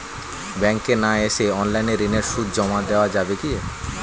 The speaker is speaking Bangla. ব্যাংকে না এসে অনলাইনে ঋণের সুদ জমা দেওয়া যাবে কি?